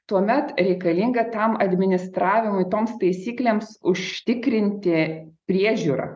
tuomet reikalinga tam administravimui toms taisyklėms užtikrinti priežiūra